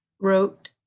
wrote